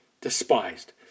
despised